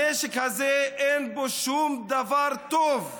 הנשק הזה, אין בו שום דבר טוב.